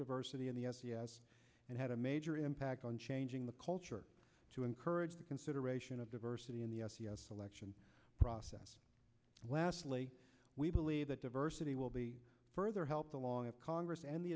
diversity in the and had a major impact on changing the culture to encourage the consideration of diversity in the selection process lastly we believe that diversity will be further helped along with congress and the